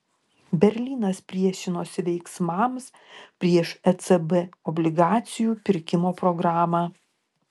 berlynas priešinosi veiksmams prieš ecb obligacijų pirkimo programą